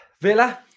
Villa